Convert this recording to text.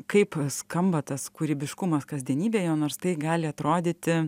kaip skamba tas kūrybiškumas kasdienybėje nors tai gali atrodyti